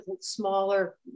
smaller